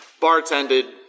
bartended